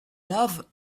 laves